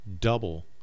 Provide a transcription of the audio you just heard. double